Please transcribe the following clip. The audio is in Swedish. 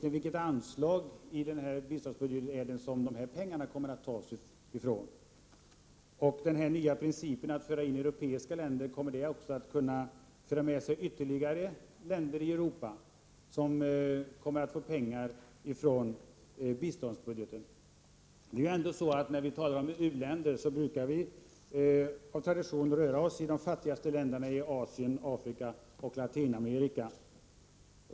Vilket anslag i biståndsbudgeten kommer dessa pengar att tas från? Om man inför principen att föra in europeiska länder, kommer det också att kunna föra med sig att ytterligare länder i Europa kommer att få pengar ifrån biståndsbudgeten. När vi talar om u-länder brukar vi ju av tradition mena de fattigaste länderna i Asien, Afrika och Latinamerika.